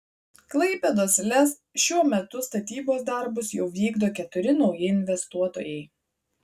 klaipėdos lez šiuo metu statybos darbus jau vykdo keturi nauji investuotojai